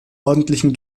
ordentlichen